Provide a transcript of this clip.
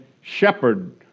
shepherd